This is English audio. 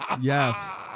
Yes